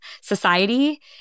society